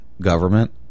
government